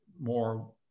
more